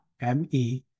M-E